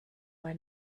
bei